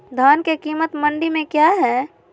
धान के कीमत मंडी में क्या है?